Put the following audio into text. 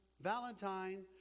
Valentine